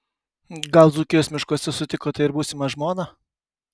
gal dzūkijos miškuose sutikote ir būsimą žmoną